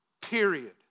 period